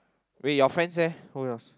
wait your friends leh who else